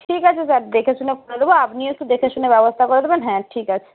ঠিক আছে স্যার দেখেশুনে করে দেবো আপনিও একটু দেখেশুনে ব্যবস্থা করে দেবেন হ্যাঁ ঠিক আছে